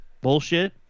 bullshit